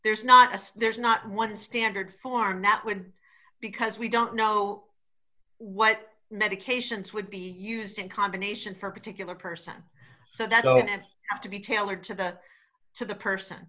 there's not as there's not one standard form that would because we don't know what medications would be used in combination for particular person so that don't have to be tailored to the to the person